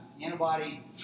antibody